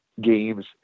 games